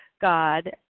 God